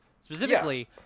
specifically